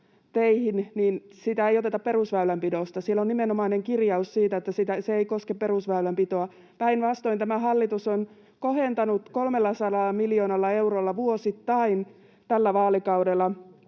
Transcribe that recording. niin sitä ei oteta perusväylänpidosta. Siellä on nimenomainen kirjaus siitä, että se ei koske perusväylänpitoa. Päinvastoin tämä hallitus on kohentanut perusväylänpitoa 300 miljoonalla eurolla vuosittain tällä vaalikaudella.